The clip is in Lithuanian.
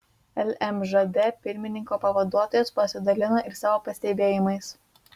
lmžd pirmininko pavaduotojas pasidalino ir savo pastebėjimais